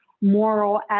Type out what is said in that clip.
moral